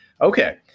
Okay